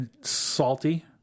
Salty